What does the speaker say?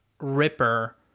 Ripper